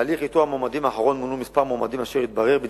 בהליך איתור המועמדים האחרון מונו כמה מועמדים מהמקום,